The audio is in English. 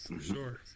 Sure